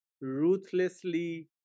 ruthlessly